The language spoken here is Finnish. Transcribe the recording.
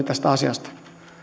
tästä asiasta